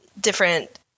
different